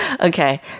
Okay